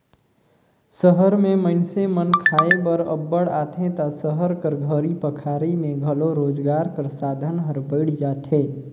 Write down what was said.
सहर में मइनसे मन कमाए खाए बर अब्बड़ आथें ता सहर कर घरी पखारी में घलो रोजगार कर साधन हर बइढ़ जाथे